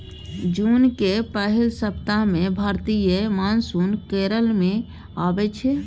जुनक पहिल सप्ताह मे भारतीय मानसून केरल मे अबै छै